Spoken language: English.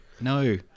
no